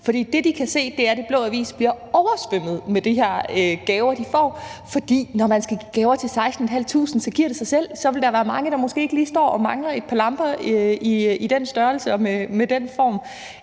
For det, de kan se, er, at Den Blå Avis bliver oversvømmet med de gaver, de får. For når man skal give gaver til 16.500 medarbejdere, giver det sig selv, at der vil være mange, der måske ikke lige står og mangler et par lamper i den størrelse og med den form.